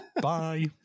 bye